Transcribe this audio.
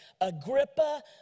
Agrippa